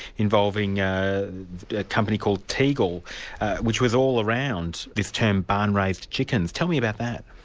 involving a company called tegel which was all around this term barn raised chickens. tell me about that.